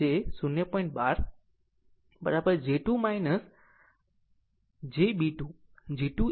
16 and b 2 0